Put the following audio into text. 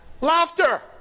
Laughter